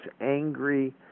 angry